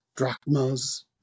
Drachmas